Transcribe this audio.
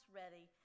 ready